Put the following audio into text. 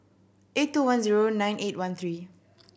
eight two one zero nine eight one three